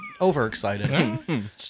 overexcited